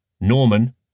Norman